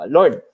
Lord